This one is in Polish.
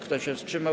Kto się wstrzymał?